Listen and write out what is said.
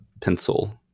pencil